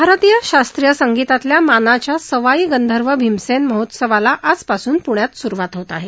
भारतीय शास्त्रीय संगीतातल्या मानाच्या सवाई गंधर्व भीमसेन महोत्सवाला आजपासून प्रण्यात सुरुवात होत आहे